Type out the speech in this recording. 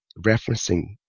referencing